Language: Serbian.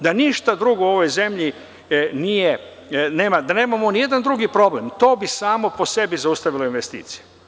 Da ništa drugo u ovoj zemlji nije, da nemamo ni jedan drugi problem, to bi samo po sebi zaustavilo investicije.